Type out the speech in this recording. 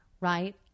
Right